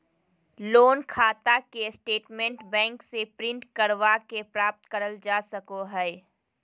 loan खाता के statement bank से प्रिंट करवा के प्राप्त करल जा सको हय